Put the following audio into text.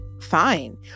fine